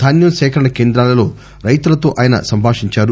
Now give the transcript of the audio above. ధాన్యం సేకరణ కేంద్రాలలో రైతులతో ఆయన సంభాషిందారు